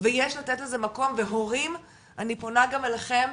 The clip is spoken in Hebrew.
ויש לתת לזה מקום והורים אני פונה גם אליכם,